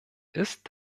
ist